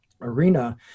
arena